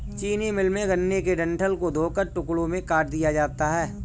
चीनी मिल में, गन्ने के डंठल को धोकर टुकड़ों में काट दिया जाता है